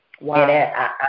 Wow